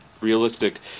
realistic